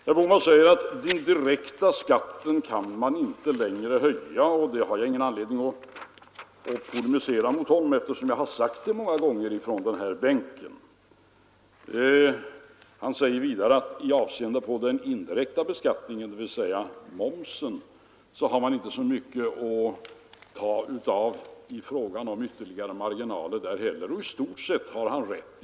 Herr Bohman säger att den direkta skatten kan man inte längre höja, och det har jag ingen anledning att polemisera mot, eftersom jag har sagt det många gånger från den här bänken. Han säger vidare att i avseende på den indirekta beskattningen, dvs. momsen, finns det inte heller så stor ytterligare marginal att ta av. I stort sett har han rätt.